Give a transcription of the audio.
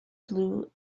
blue